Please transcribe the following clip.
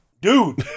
dude